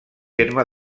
terme